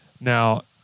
Now